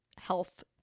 health